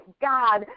God